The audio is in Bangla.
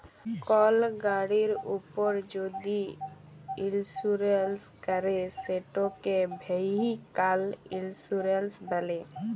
কল গাড়ির উপর যদি ইলসুরেলস ক্যরে সেটকে ভেহিক্যাল ইলসুরেলস ব্যলে